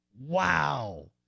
Wow